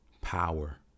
power